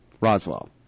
roswell